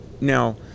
Now